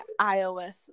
iOS